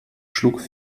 schlug